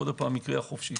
לפחות בקריאה חופשית.